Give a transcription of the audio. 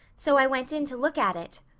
so i went in to look at it.